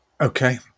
Okay